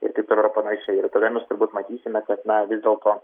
ir taip toliau ir panašiai ir tada mes turbūt matysime kad na vis dėlto